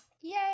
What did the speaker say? Yay